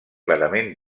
clarament